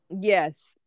Yes